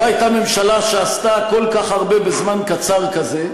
לא הייתה ממשלה שעשתה כל כך הרבה בזמן קצר כזה,